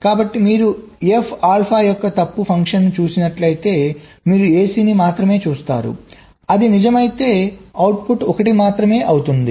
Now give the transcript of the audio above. కాబట్టి మీరు F alpha యొక్క తప్పు ఫంక్షన్ను చూసినట్లయితే మీరు ac ని మాత్రమే చూస్తారు అది నిజమైతే అవుట్పుట్ 1 మాత్రమే అవుతుంది